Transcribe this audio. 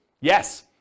Yes